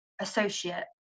associate